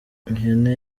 ihene